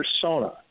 persona